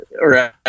right